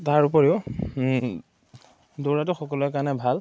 তাৰ উপৰিও দৌৰাটো সকলোৰে কাৰণে ভাল